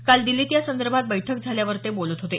काल दिल्लीत या संदर्भात बैठक झाल्यावर ते बोलत होते